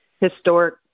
historic